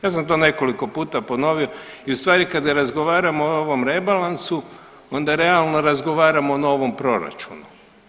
Ja sam to nekoliko puta ponovio i u stvari kada razgovaramo o ovom rebalansu onda realno razgovaramo o novom proračunu.